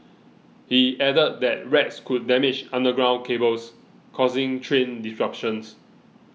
he added that rats could damage underground cables causing train disruptions